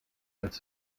als